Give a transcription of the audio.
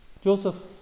Joseph